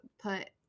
put